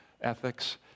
ethics